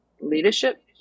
leadership